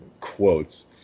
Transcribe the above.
quotes